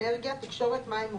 אנרגיה, תקשורת, מים וביוב,